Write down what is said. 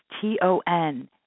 T-O-N